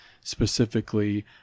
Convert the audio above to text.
specifically